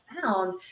found